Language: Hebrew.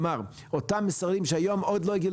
כלומר: אותם משרדים שהיום עוד לא הגיעו